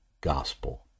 gospel